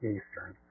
Eastern